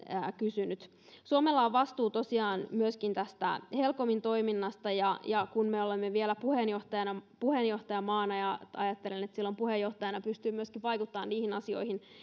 kysynyt suomella on vastuu tosiaan myöskin tästä helcomin toiminnasta ja ja kun me olemme vielä puheenjohtajamaana niin ajattelen niin että puheenjohtajana pystyy myöskin vaikuttamaan niihin asioihin